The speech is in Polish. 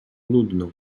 nudno